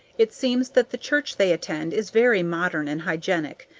it seems that the church they attend is very modern and hygienic,